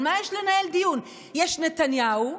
יש נתניהו,